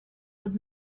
was